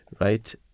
right